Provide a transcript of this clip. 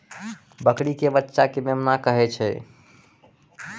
बकरी के बच्चा कॅ मेमना कहै छै